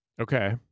Okay